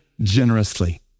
generously